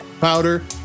powder